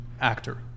actor